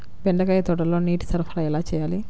బెండకాయ తోటలో నీటి సరఫరా ఎలా చేయాలి?